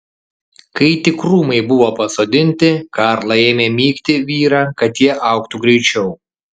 kai tik krūmai buvo pasodinti karla ėmė mygti vyrą kad tie augtų greičiau